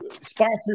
sponsors